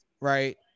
right